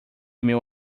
meu